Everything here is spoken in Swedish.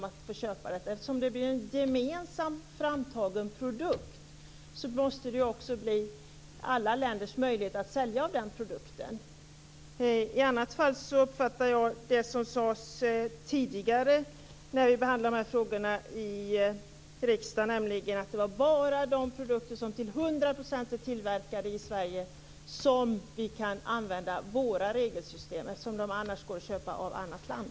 Eftersom det handlar om en gemensamt framtagen produkt måste ju också alla länder få möjlighet att sälja den. När vi behandlade de här frågorna tidigare i riksdagen uppfattade jag det som att man sade att det bara är för produkter som till hundra procent är tillverkade i Sverige som vi kan använda vårt regelsystem. Andra produkter går alltså att köpa av ett annat land.